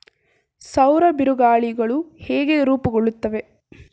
ಸೌರ ಬಿರುಗಾಳಿಗಳು ಹೇಗೆ ರೂಪುಗೊಳ್ಳುತ್ತವೆ?